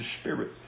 Spirit